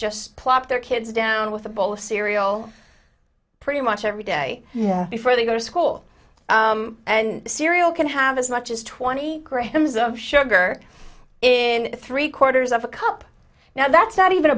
just plop their kids down with a bowl of cereal pretty much every day before they go to school and cereal can have as much as twenty grams of sugar in three quarters of a cup now that's not even a